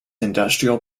industrial